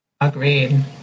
Agreed